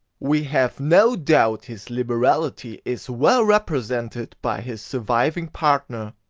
we have no doubt his liberality is well represented by his surviving partner,